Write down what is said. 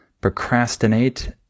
procrastinate